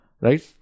right